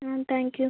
ah thank you